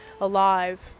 alive